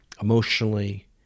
emotionally